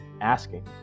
asking